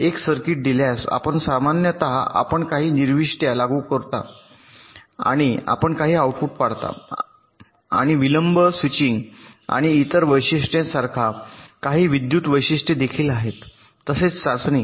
एक सर्किट दिल्यास आपण सामान्यत आपण काही निविष्ट्या लागू करता आणि आपण काही आउटपुट पाळता आणि विलंब स्विचिंग आणि इतर वैशिष्ट्यांसारख्या काही विद्युत वैशिष्ट्ये देखील आहेत तसेच चाचणी